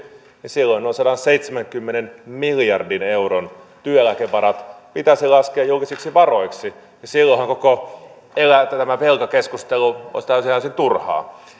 silloin sadanseitsemänkymmenen miljardin euron työeläkevarat pitäisi laskea julkisiksi varoiksi ja silloinhan koko tämä velkakeskustelu olisi täysin turhaa